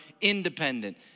independent